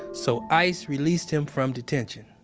so ice released him from detention.